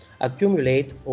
accumulate